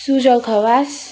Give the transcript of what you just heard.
Sujal Khawas